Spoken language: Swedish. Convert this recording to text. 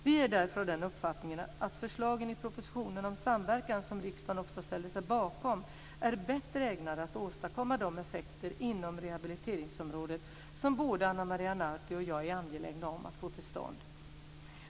Vi är därför av den uppfattningen att förslagen i propositionen om samverkan, som riksdagen också ställde sig bakom, är bättre ägnade att åstadkomma de effekter inom t.ex. rehabiliteringsområdet som både Ana Maria Narti och jag är angelägna om att få till stånd.